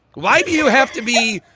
why do you have to be.